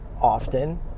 often